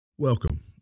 Welcome